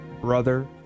brother